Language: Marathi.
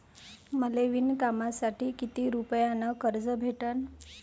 मले विणकामासाठी किती रुपयानं कर्ज भेटन?